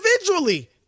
individually